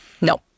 No